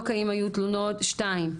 שתיים,